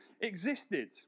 existed